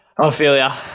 Ophelia